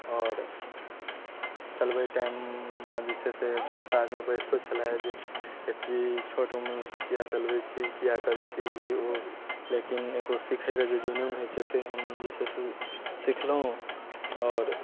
आओर चलबै टाइममे जे छै से बहुत आदमी बाजितो छलै जे एतबी छोट उम्रसँ किएक चलबै छी किएक करै छी ई ओ लेकिन एगो सिखैके जे जुनून होइ छै से हम जे छै से सिखलहुँ आओर